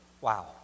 wow